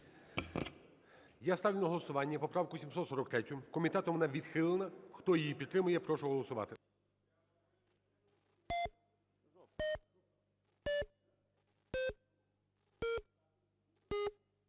Я ставлю на голосування поправку 743. Комітетом вона відхилена. Хто її підтримує, я прошу голосувати.